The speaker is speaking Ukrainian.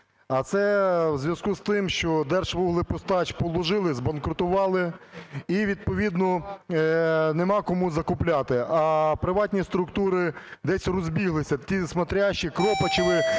А це у зв'язку з тим, що "Держвуглепостач" "положили", збанкрутували, і відповідно нема кому закупляти, а приватні структури десь розбіглися. Ті "смотрящіє" Кропачови